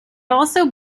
also